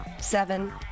seven